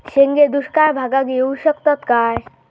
शेंगे दुष्काळ भागाक येऊ शकतत काय?